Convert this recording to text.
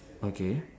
okay